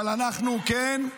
אבל אנחנו כן שולחים אנשים לדיונים